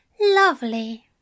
Lovely